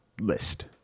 List